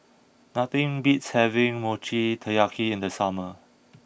nothing beats having Mochi Taiyaki in the summer